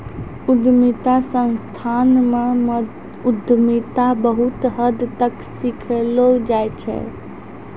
उद्यमिता संस्थान म उद्यमिता बहुत हद तक सिखैलो जाय छै